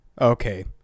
Okay